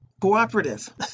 cooperative